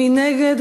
מי נגד?